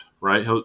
right